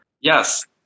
yes